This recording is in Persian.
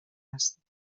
هستید